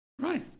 Right